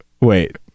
Wait